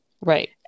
Right